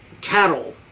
cattle